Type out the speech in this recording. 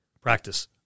practice